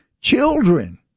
children